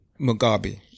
Mugabe